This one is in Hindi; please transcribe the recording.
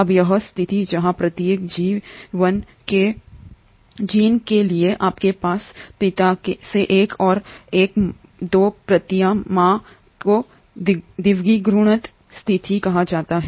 अब यह स्थिति जहां प्रत्येक जीन के लिए आपके पास पिता से एक और एक से 2 प्रतियां हैं माँ को द्विगुणित स्थिति कहा जाता है